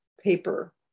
paper